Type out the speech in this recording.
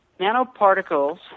Nanoparticles